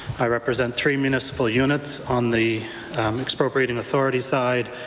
i represent three municipal units on the expropriating authority side,